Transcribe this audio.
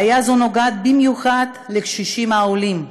בעיה זו נוגעת במיוחד לקשישים העולים.